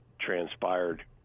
transpired